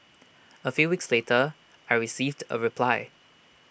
A few weeks later I received A reply